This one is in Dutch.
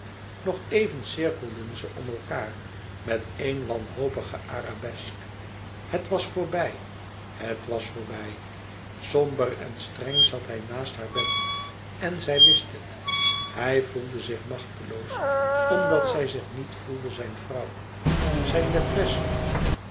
nog even cirkelden ze om elkaâr met eén wanhopige arabesk het was voorbij het was voorbij somber en streng zat hij naast haar bed en zij wist het hij voelde zich machteloos omdat zij zich niet voelde zijn vrouw zijn maîtresse